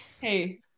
Hey